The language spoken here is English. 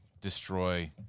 destroy